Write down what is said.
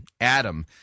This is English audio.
Adam